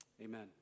Amen